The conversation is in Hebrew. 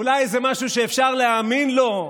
אולי איזה משהו שאפשר להאמין לו?